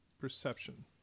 perception